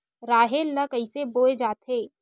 राहेर ल कइसे बोय जाथे?